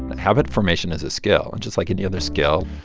habit formation is a skill. and just like any other skill,